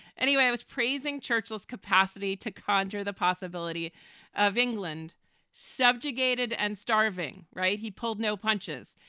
anyway, i was praising churchill's capacity to conjure the possibility of england subjugated and starving. right. he pulled no punches.